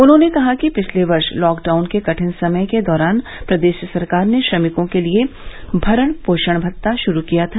उन्होंने कहा कि पिछले वर्ष लॉकडाउन के कठिन समय के दौरान प्रदेश सरकार ने श्रमिकों के लिये भरण पोषण भत्ता शुरू किया था